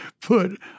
put